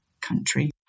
country